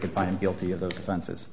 could find him guilty of those offenses